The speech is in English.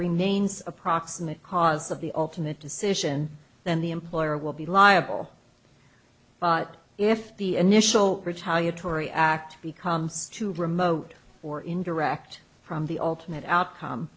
remains a proximate cause of the ultimate decision then the employer will be liable but if the initial retaliatory act becomes too remote or indirect from the ultimate outcome